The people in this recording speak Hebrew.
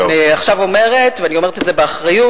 אני עכשיו אומרת, ואני אומרת את זה באחריות.